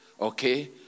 okay